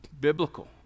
biblical